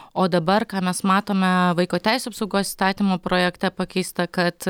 o dabar ką mes matome vaiko teisių apsaugos įstatymo projekte pakeista kad